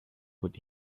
put